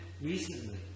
recently